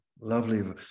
Lovely